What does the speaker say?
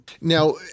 Now